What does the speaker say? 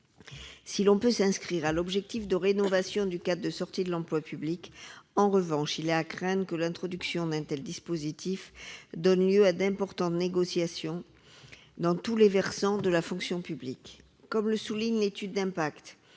Si l'on peut souscrire à l'objectif de rénovation du cadre de sortie de l'emploi public, il est à craindre que l'introduction d'un tel dispositif donne lieu à d'importantes négociations dans tous les versants de la fonction publique. Comme le souligne l'étude d'impact,